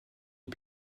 les